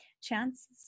chances